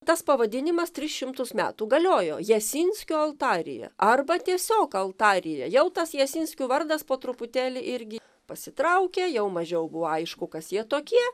tas pavadinimas tris šimtus metų galiojo jasinskio altarija arba tiesiog altarija jau tas jasinskių vardas po truputėlį irgi pasitraukė jau mažiau buvo aišku kas jie tokie